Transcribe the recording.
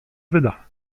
wyda